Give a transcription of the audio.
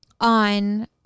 on